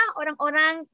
orang-orang